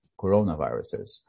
coronaviruses